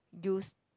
use